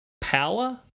power